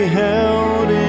held